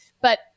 but-